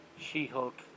She-Hulk